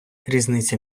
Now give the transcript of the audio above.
різниця